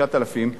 9,000 שקלים,